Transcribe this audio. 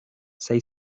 say